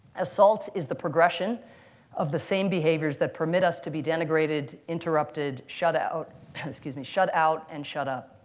assault is the progression of the same behaviors that permit us to be denigrated, interrupted, shut out excuse me, shut out, and shut up.